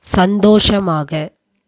சந்தோஷமாக